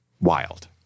Wild